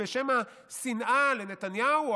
בשם השנאה לנתניהו,